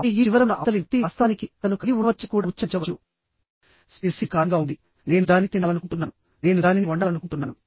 ఆపై ఈ చివర ఉన్న అవతలి వ్యక్తి వాస్తవానికి అతను కలిగి ఉండవచ్చని కూడా ఉచ్చరించవచ్చు S P I C Y కారంగా ఉంది నేను దానిని తినాలనుకుంటున్నాను నేను దానిని వండాలనుకుంటున్నాను